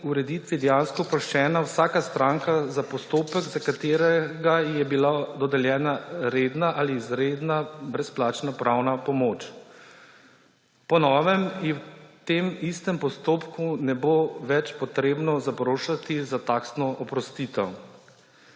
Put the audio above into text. ureditvi dejansko oproščena vsaka stranka za postopek, za katerega ji je bila dodeljena redna ali izredna brezplačna pravna pomoč. Po novem v tem istem postopku ne bo več treba zaprošati za taksno oprostitev.